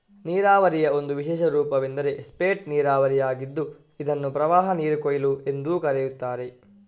ನೀರಾವರಿಯ ಒಂದು ವಿಶೇಷ ರೂಪವೆಂದರೆ ಸ್ಪೇಟ್ ನೀರಾವರಿಯಾಗಿದ್ದು ಇದನ್ನು ಪ್ರವಾಹನೀರು ಕೊಯ್ಲು ಎಂದೂ ಕರೆಯುತ್ತಾರೆ